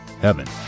Heaven